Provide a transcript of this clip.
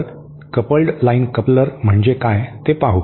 तर coupled line coupler म्हणजे काय ते पाहू